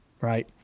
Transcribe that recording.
Right